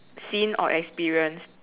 seen or experienced